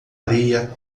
areia